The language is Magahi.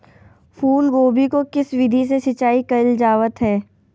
फूलगोभी को किस विधि से सिंचाई कईल जावत हैं?